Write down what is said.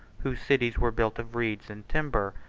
whose cities were built of reeds and timber,